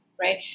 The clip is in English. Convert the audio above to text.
right